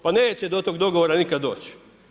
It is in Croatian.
Pa neće do tog dogovora nikad doći.